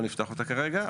לא נפתח אותה כרגע,